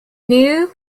niue